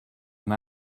and